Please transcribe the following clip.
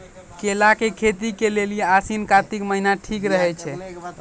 केला के खेती के लेली आसिन कातिक महीना ठीक रहै छै